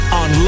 on